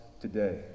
today